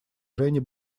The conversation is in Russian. жене